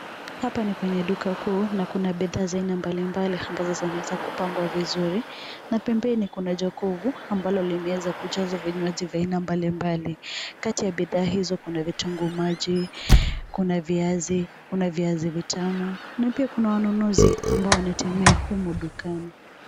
Hapa ni kwenye duka kuu na kuna bidhaa za aina mbalimbali ambazo zimeweza kupangwa vizuri na pembeni kuna jokovu ambalo limeweza kujazwa vinywaji za aina mbalimbali. Kati ya bidhaa hizo kuna vitunguu maji, kuna viazi, kuna viazi vitamu na pia kuna wanunuzi ambao wanatembea humu dukani.